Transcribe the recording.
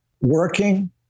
Working